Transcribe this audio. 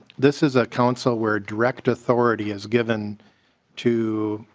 this is a council where direct authority is given to